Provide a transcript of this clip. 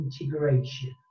integration